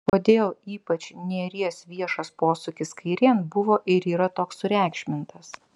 kodėl ypač nėries viešas posūkis kairėn buvo ir yra toks sureikšmintas